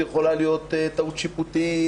יכולה להיות טעות שיפוטית,